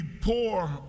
poor